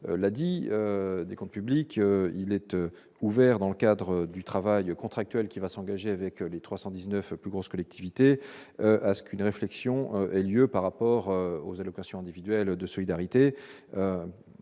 l'a dit, des comptes publics, il était ouvert dans le cadre du travail contractuel qui va s'engager avec les 319 plus grosses collectivités à ce qu'une réflexion est lieu par rapport aux allocations individuelles de solidarité